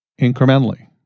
incrementally